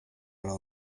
ale